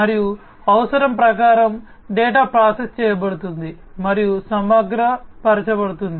మరియు అవసరం ప్రకారం డేటా ప్రాసెస్ చేయబడుతుంది మరియు సమగ్రపరచబడుతుంది